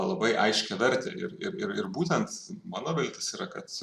labai aiškią vertę ir ir ir būtent mano viltys yra kad